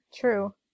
True